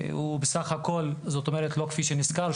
לא כפי שנזכר,